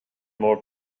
more